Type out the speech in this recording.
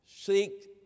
Seek